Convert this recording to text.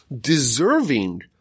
deserving